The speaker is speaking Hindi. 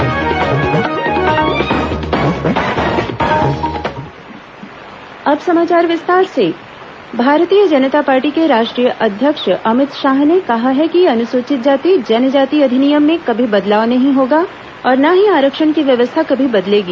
विकास यात्रा अमित शाह भारतीय जनता पार्टी के राष्ट्रीय अध्यक्ष अमित शाह ने कहा है कि अनुसूचित जाति जनजाति अधिनियम में कभी बदलाव नहीं होगा और न ही आरक्षण की व्यवस्था कभी बदलेगी